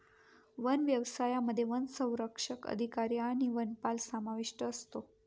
one व्यवसायामध्ये वनसंरक्षक अधिकारी आणि वनपाल समाविष्ट असतो